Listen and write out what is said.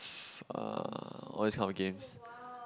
far all these kind of games